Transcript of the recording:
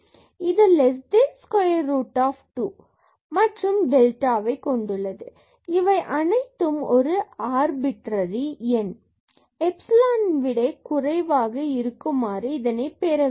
இது square root 2 and டெல்டாவை கொண்டுள்ளது மற்றும் இவை அனைத்தும் ஏதேனும் ஒரு எண் எப்சிலான் epsilon விட குறைவாக இருக்குமாறு பெற வேண்டும்